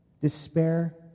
Despair